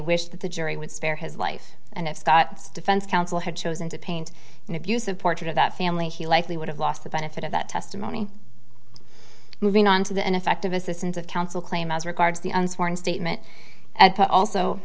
wished that the jury would spare his life and if scott's defense counsel had chosen to paint an abusive portrait of that family he likely would have lost the benefit of that testimony moving on to the ineffective assistance of counsel claim as regards the unsworn statement at but also